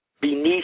Beneath